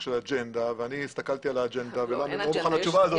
של אג'נדה ואני הסתכלתי על האג'נדה ואני לא מוכן לתשובה הזאת.